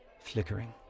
flickering